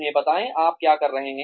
उन्हें बताएं आप क्या कर रहे हैं